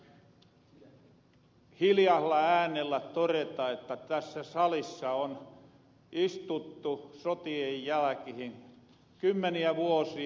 melkein pitää hiljasella äänellä toreta että tässä salissa on istuttu sotien jäläkihin kymmeniä vuosia